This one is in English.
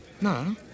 No